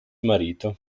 marito